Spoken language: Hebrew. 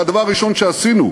והדבר הראשון שעשינו,